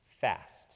fast